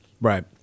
right